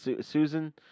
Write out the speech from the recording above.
Susan